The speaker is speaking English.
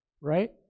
Right